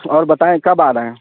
اور بتائیں کب آ رہ ہیں